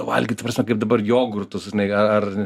valgyt ta prasme kaip dabar jogurtus žinai ar